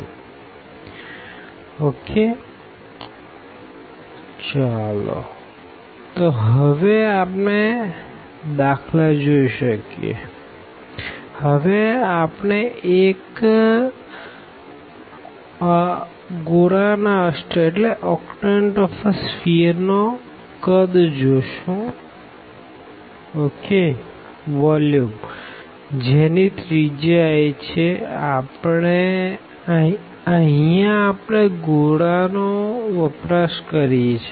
∬Rfxydxdy∬Rf rdrdθ તો હવે આપણે દાખલા જોઈ શકીએ હવે આપણે એક સ્ફીઅર ના અષ્ટ નો કદ જોશું જેની રેડીઅસ a છેઅહિયાં આપણે સ્ફીઅર નો વપરાશ કરીએ છે